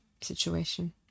situation